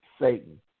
Satan